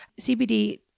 CBD